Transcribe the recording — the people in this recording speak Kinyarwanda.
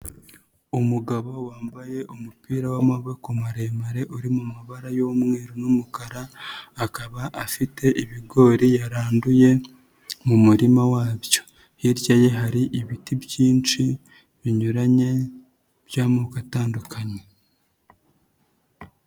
Umugabo wambaye umupira w'amaboko maremare uri mu mabara y'umweru n'umukara, akaba afite ibigori yaranduye mu murima wabyo, hirya ye hari ibiti byinshi binyuranye by'amoko atandukanye.